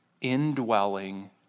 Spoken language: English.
indwelling